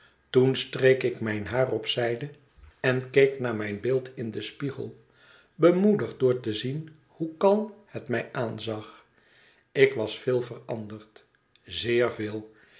toen streek ik mijn haar op zijde en keek naar mijn beeld het verlaten huis in den spiegel bemoedigd door te zien hoe kalm het mij aanzag ik was veel veranderd zeer veel